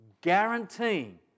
guaranteeing